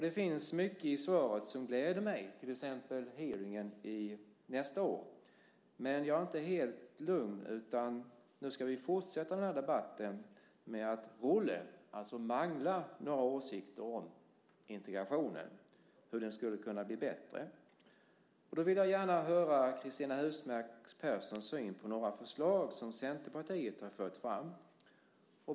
Det finns mycket i svaret som gläder mig, till exempel hearingen nästa år. Men jag är inte helt lugn, utan nu ska vi fortsätta den här debatten med att rulle , alltså mangla, våra åsikter om integrationen och om hur den skulle kunna bli bättre. Jag vill gärna höra vad Cristina Husmark Pehrsson anser om några förslag som Centerpartiet har fört fram.